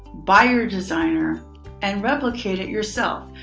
by your designer and replicate it yourself.